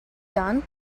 done